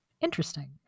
Interesting